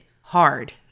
hard